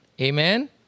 Amen